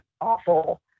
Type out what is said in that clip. awful